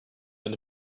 than